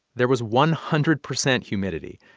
there was one hundred percent humidity.